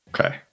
Okay